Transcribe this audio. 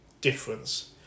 difference